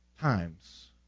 times